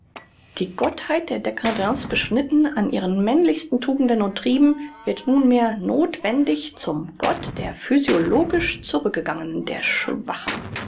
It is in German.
die gottheit der dcadence beschnitten an ihren männlichsten tugenden und trieben wird nunmehr nothwendig zum gott der physiologisch zurückgegangenen der schwachen